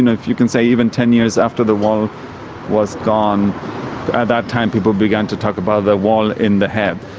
know, you can say even ten years after the wall was gone, at that time people began to talk about the wall in the head.